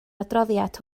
adroddiad